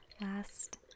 Last